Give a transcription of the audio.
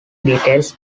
details